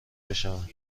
بشوند